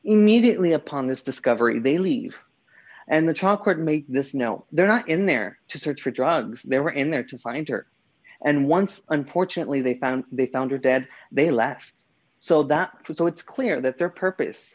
immediately upon this discovery they leave and the chocolate make this now they're not in there to search for drugs they were in there to find her and once unfortunately they found they found her dead they left so that for so it's clear that their purpose